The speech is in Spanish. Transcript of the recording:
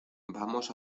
vamos